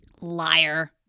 Liar